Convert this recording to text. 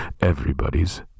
everybody's